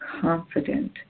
confident